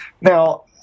now